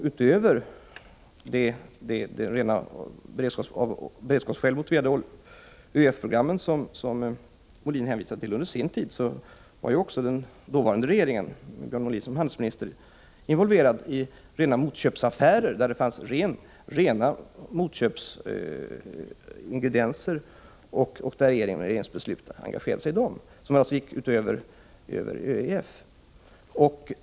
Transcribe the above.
Utöver de av rena beredskapsskäl motiverade ÖEF-programmen, som Björn Molin hänvisar till, vill jag påpeka att under sin tid var även den regering där Björn Molin var handelsminister involverad i rena motköpsaffärer, som alltså gick utöver ÖEF.